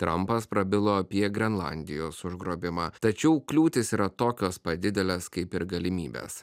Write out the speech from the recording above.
trumpas prabilo apie grenlandijos užgrobimą tačiau kliūtys yra tokios pat didelės kaip ir galimybės